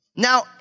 Now